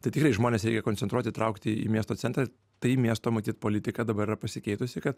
tai tikrai žmones reikia koncentruoti traukti į miesto centrą tai miesto matyt politika dabar yra pasikeitusi kad